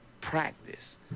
practice